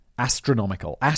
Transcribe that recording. astronomical